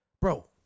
Bro